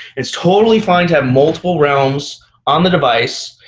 it's totally fine to have multiple realms on the device.